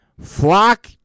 flock